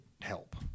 help